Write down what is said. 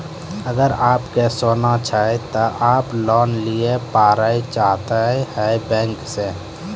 अगर आप के सोना छै ते आप लोन लिए पारे चाहते हैं बैंक से?